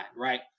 right